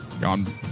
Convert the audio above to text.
gone